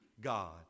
God